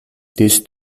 this